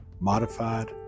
modified